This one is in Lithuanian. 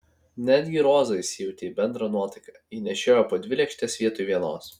netgi roza įsijautė į bendrą nuotaiką ji nešiojo po dvi lėkštes vietoj vienos